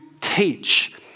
teach